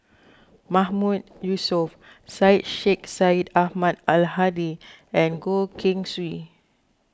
Mahmood Yusof Syed Sheikh Syed Ahmad Al Hadi and Goh Keng Swee